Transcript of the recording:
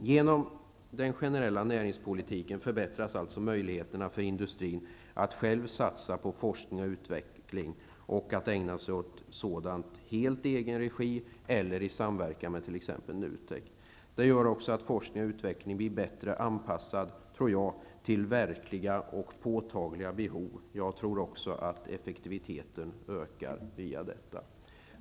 Genom den generella näringspolitiken förbättras möjligheterna för industrin att själv satsa på forskning och utveckling och att ägna sig åt detta helt i egen regi eller i samverkan med t.ex. NUTEK. Det gör också enligt min mening att forskning och utveckling blir bättre anpassad till verkliga och påtagliga behov. Jag tror också att effektiviteten ökar genom detta.